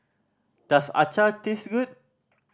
does taste good